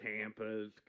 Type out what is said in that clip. Tampa's